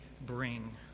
bring